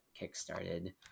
kickstarted